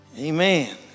Amen